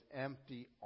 empty